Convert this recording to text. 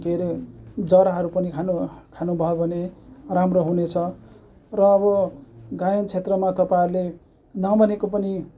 के अरे जराहरू पनि खानु भयो खानु भयो भने राम्रो हुनेछ र अब गायन क्षेत्रमा तपाईँहरूले नभनेको पनि